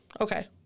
Okay